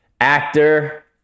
actor